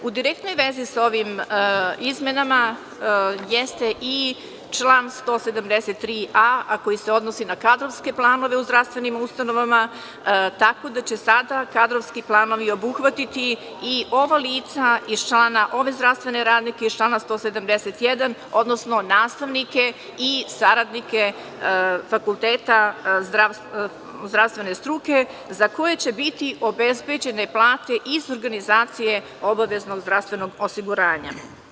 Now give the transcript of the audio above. U direktnoj vezi sa ovim izmenama jeste i član 173a, a koji se odnosi na kadrovske planove u zdravstvenim ustanovama, tako da će sada kadrovski planovi obuhvatiti i ova lica i ove zdravstvene radnike iz člana 171, odnosno nastavnike i saradnike fakulteta zdravstvene struke, za koje će biti obezbeđene plate iz organizacije obaveznog zdravstvenog osiguranja.